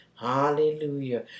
Hallelujah